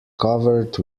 covered